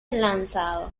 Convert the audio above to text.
lanzado